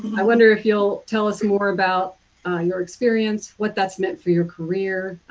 i wonder if you'll tell us more about your experience, what that's meant for your career,